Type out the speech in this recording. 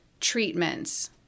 treatments